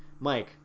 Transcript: Mike